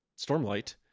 Stormlight